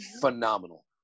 phenomenal